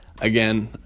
again